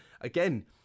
again